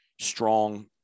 strong